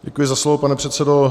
Děkuji za slovo, pane předsedo.